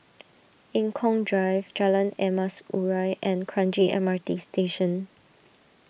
Eng Kong Drive Jalan Emas Urai and Kranji M R T Station